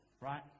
right